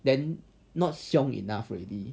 then not xiong enough already